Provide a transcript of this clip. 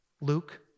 Luke